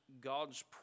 God's